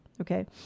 okay